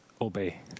obey